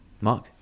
Mark